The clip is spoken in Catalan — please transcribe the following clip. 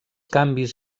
canvis